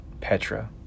Petra